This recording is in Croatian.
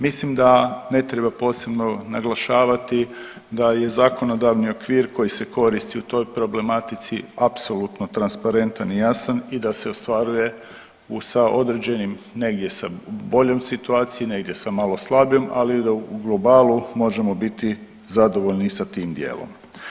Mislim da ne treba posebno naglašavati da je zakonodavni okvir koji se koristi u toj problematici apsolutno transparentan i jasan i da se ostvaruje, u sa određenim, negdje sa boljom situacijom, negdje sa malo slabijom, ali da u globalu možemo biti zadovoljni sa tim dijelom.